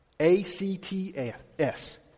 A-C-T-S